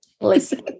listen